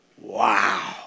Wow